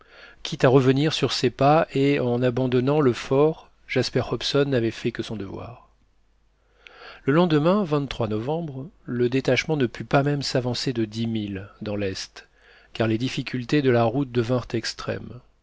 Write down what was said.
quitte à revenir sur ses pas et en abandonnant le fort jasper hobson n'avait fait que son devoir le lendemain novembre le détachement ne put pas même s'avancer de dix milles dans l'est car les difficultés de la route devinrent extrêmes